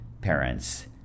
parents